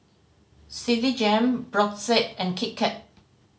Citigem Brotzeit and Kit Kat